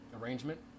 arrangement